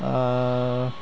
আ